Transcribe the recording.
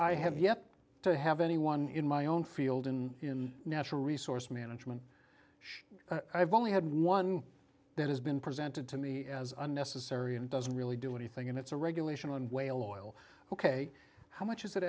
i have yet to have anyone in my own field in natural resource management i've only had one that has been presented to me as unnecessary and doesn't really do anything and it's a regulation on whale oil ok how much is